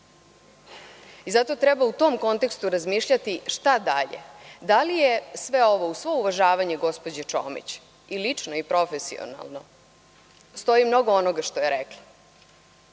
Zato treba u tom kontekstu razmišljati šta dalje. Uz svo uvažavanje gospođe Čomić, i lično i profesionalno, stoji mnogo onoga što je rekla,